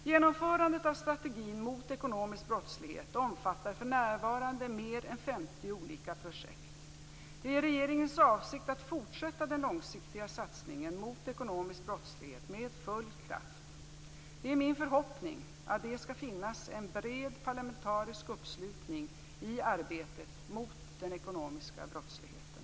Genomförandet av strategin mot ekonomisk brottslighet omfattar för närvarande mer än 50 olika projekt. Det är regeringens avsikt att fortsätta den långsiktiga satsningen mot ekonomisk brottslighet med full kraft. Det är min förhoppning att det skall finnas en bred parlamentarisk uppslutning i arbetet mot den ekonomiska brottsligheten.